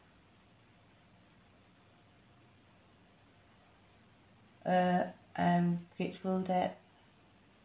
uh I'm grateful that